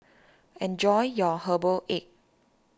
enjoy your Herbal Egg